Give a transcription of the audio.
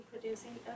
Producing